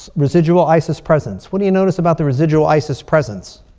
residual isis presence. what do you notice about the residual isis presence?